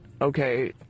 okay